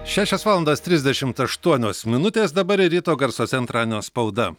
šešios valandos trisdešimt aštuonios minutės dabar ryto garsuose antradienio spauda